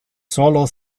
solo